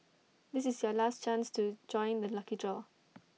this is your last chance to join the lucky draw